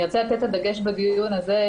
אני רוצה לתת את הדגש בדיון הזה,